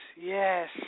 yes